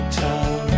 town